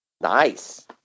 Nice